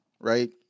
right